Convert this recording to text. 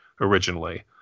originally